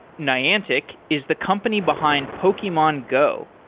niantic is the company behind pokemon go,